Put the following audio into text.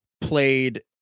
played